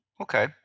Okay